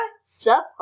support